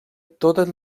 totes